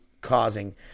causing